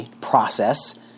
process